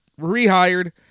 rehired